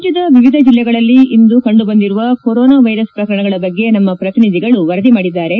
ರಾಜ್ಯದ ವಿವಿಧ ಜಲ್ಲೆಗಳಲ್ಲಿ ಇಂದು ಕಂಡುಬಂದಿರುವ ಕೊರೋನಾ ವೈರಸ್ ಪ್ರಕರಣಗಳ ಬಗ್ಗೆ ನಮ್ನ ಪ್ರತಿನಿಧಿಗಳು ವರದಿ ಮಾಡಿದ್ದಾರೆ